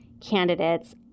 candidates